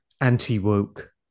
anti-woke